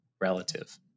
relative